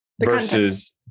versus